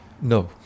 No